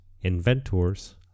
inventors